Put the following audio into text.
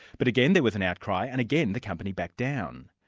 but again there was an outcry, and again the company backed down.